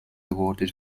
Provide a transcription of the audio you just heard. awarded